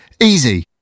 Easy